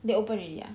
they open already ah